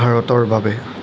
ভাৰতৰ বাবে